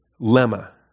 Lemma